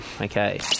Okay